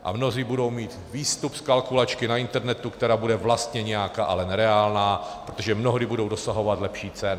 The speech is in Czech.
A mnozí budou mít výstup z kalkulačky na internetu, která bude vlastně nějaká, ale nereálná, protože mnohdy budou dosahovat lepších cen.